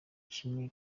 kimwe